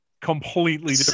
completely